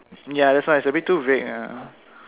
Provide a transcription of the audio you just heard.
ya that's why it's a bit too vague ah